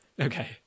Okay